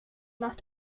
nach